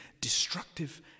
destructive